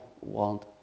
want